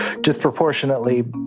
disproportionately